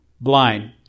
blind